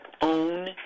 own